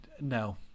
no